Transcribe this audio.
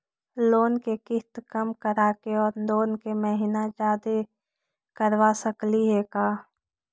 Loan के किस्त कम कराके औ लोन के महिना जादे करबा सकली हे का?